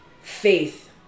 Faith